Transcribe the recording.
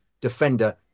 defender